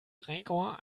gregor